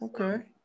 okay